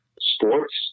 sports